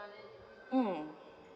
um